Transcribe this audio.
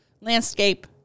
Landscape